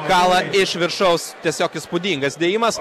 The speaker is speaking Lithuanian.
kala iš viršaus tiesiog įspūdingas dėjimas